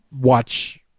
watch